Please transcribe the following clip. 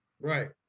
right